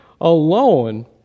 alone